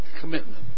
Commitment